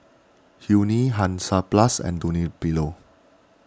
Yuri Hansaplast and Dunlopillo